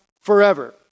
forever